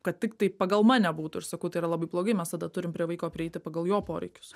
kad tiktai pagal mane būtų ir sakau tai yra labai blogai mes tada turim prie vaiko prieiti pagal jo poreikius